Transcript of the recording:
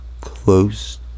close